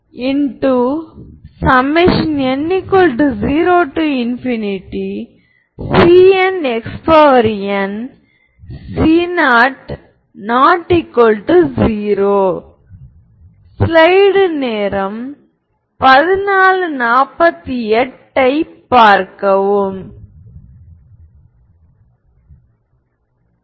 எனவே இப்போது நான் இரண்டு ஐகென் வெக்டார்கள் v மற்றும் v ஐ தேர்வு செய்கிறேன் 2i ஆல் வகுக்கப்பட்ட தொகை மற்றும் வேறுபாட்டைக் கருத்தில் கொள்ளுங்கள் எனவே ரியல் பார்ட் Revvv2மற்றும் இமாஜினரி பார்ட் Imvv v2i